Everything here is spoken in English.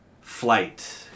Flight